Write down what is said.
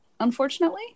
unfortunately